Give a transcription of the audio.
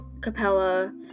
capella